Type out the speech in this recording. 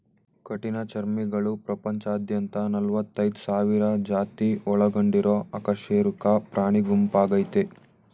ಕಠಿಣಚರ್ಮಿಗಳು ಪ್ರಪಂಚದಾದ್ಯಂತ ನಲವತ್ತೈದ್ ಸಾವಿರ ಜಾತಿ ಒಳಗೊಂಡಿರೊ ಅಕಶೇರುಕ ಪ್ರಾಣಿಗುಂಪಾಗಯ್ತೆ